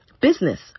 business